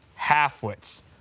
halfwits